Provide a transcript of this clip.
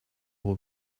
will